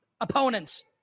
opponents